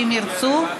אם ירצו,